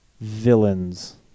villains